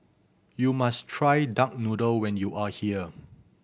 you must try duck noodle when you are here